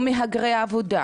או מהגרי עבודה,